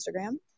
Instagram